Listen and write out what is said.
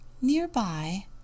Nearby